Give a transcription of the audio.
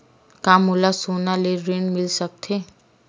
का मोला सोना ले ऋण मिल सकथे?